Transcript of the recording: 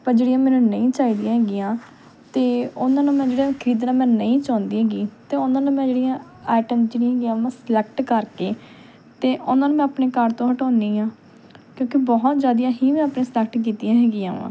ਪਰ ਜਿਹੜੀਆਂ ਮੈਨੂੰ ਨਹੀਂ ਚਾਹੀਦੀਆਂ ਹੈਗੀਆਂ ਅਤੇ ਉਹਨਾਂ ਨੂੰ ਮੈਂ ਜਿਹੜਾ ਖਰੀਦਣਾ ਮੈਂ ਨਹੀਂ ਚਾਹੁੰਦੀ ਹੈਗੀ ਅਤੇ ਉਹਨਾਂ ਨੂੰ ਮੈਂ ਜਿਹੜੀਆਂ ਆਈਟਮ ਜਿਹੜੀਆਂ ਹੈਗੀਆਂ ਮੈਂ ਸਲੈਕਟ ਕਰਕੇ ਅਤੇ ਉਹਨਾਂ ਨੂੰ ਮੈਂ ਆਪਣੇ ਕਾਰਟ ਤੋਂ ਹਟਾਉਂਦੀ ਹਾਂ ਕਿਉਂਕਿ ਬਹੁਤ ਜ਼ਿਆਦੀਆਂ ਹੀ ਮੈਂ ਆਪਣੀਆਂ ਸਲੈਕਟ ਕੀਤੀਆਂ ਹੈਗੀਆਂ ਵਾ